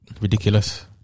ridiculous